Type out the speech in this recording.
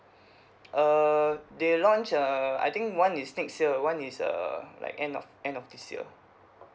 err they launch uh I think one is next year one is err like end of end of this year